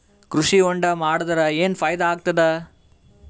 ಕೃಷಿ ಹೊಂಡಾ ಮಾಡದರ ಏನ್ ಫಾಯಿದಾ ಆಗತದ?